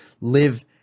live